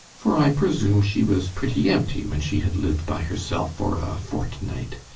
for i presume she was pretty empty when she had lived by herself for a fortnight.